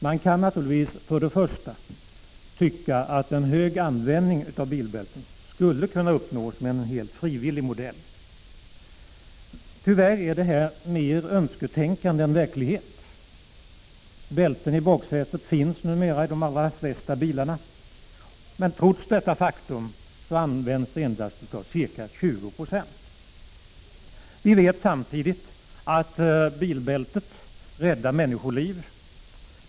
Den första gäller att det naturligtvis kan tyckas att en omfattande användning av bilbälten skulle kunna uppnås på helt frivillig väg. Tyvärr är detta mer önsketänkande än verklighet. Bälten i baksätet finns numera i de flesta bilar. Trots detta faktum används de endast till ca 20 96. Vi vet samtidigt att bilbältet räddar människoliv.